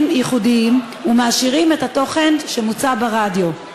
ייחודיים ומעשירים את התוכן שמוצע ברדיו.